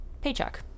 paycheck